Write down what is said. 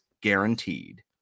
guaranteed